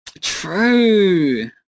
True